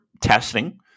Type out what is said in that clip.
testing